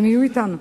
הם יהיו אתנו.